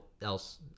else